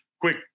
quick